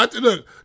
Look